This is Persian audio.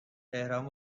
تهران